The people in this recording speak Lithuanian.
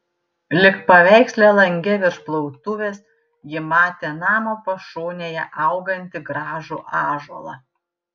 lyg paveiksle lange virš plautuvės ji matė namo pašonėje augantį gražų ąžuolą